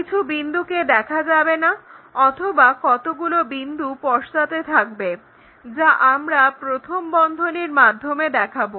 কিছু বিন্দুকে দেখা যাবে না অথবা কতগুলো বিন্দু পশ্চাতে থাকবে যা আমরা প্রথম বন্ধনীর মাধ্যমে দেখাবো